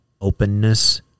openness